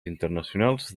internacionals